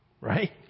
right